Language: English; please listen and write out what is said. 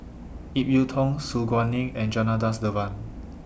Ip Yiu Tung Su Guaning and Janadas Devan